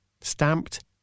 stamped